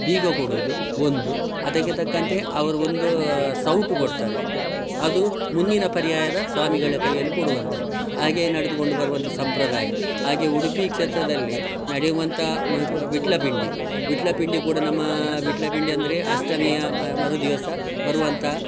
ಬೀಗ ಕೊಡೋದು ಒಂದು ಅದಕ್ಕೆ ತಕ್ಕಂತೆ ಅವರು ಒಂದು ಸೌಟು ಕೊಡ್ತಾರೆ ಅದು ಮುಂದಿನ ಪರ್ಯಾಯದ ಸ್ವಾಮಿಗಳ ಕೈಯ್ಯಲ್ಲಿ ಕೊಡುವಂಥದ್ದು ಹಾಗೆ ನಡೆದುಕೊಂಡು ಬರುವಂಥ ಸಂಪ್ರದಾಯ ಹಾಗೆ ಉಡುಪಿ ಕ್ಷೇತ್ರದಲ್ಲಿ ನಡೆಯುವಂಥ ಮು ಪ ವಿಟ್ಲಪಿಂಡಿ ವಿಟ್ಲಪಿಂಡಿ ಕೂಡ ನಮ್ಮ ವಿಟ್ಲಪಿಂಡಿ ಅಂದರೆ ಅಷ್ಟಮಿಯ ಮರುದಿವಸ ಬರುವಂಥ